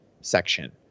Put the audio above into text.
section